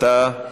אתה,